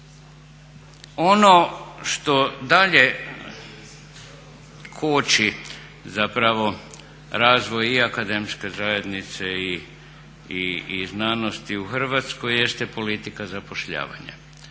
Ono što dalje koči razvoj i akademske zajednice i znanosti u Hrvatskoj jeste politika zapošljavanja.